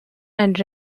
and